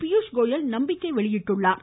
பியூஷ் கோயல் நம்பிக்கை தெரிவித்துள்ளார்